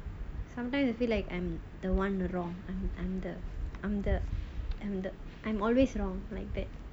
sometimes you feel like I'm the one the wrong I'm the I'm the I'm the I'm always wrong like that